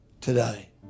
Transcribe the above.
today